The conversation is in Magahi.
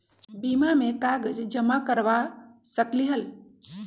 बीमा में कागज जमाकर करवा सकलीहल?